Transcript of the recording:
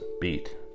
beat